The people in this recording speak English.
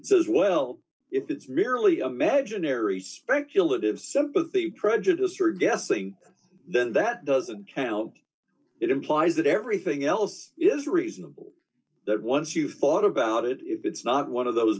says well if it's merely imaginary speculative d sympathy prejudice or guessing then that doesn't count it implies that everything else is reasonable that once you've thought about it if it's not one of those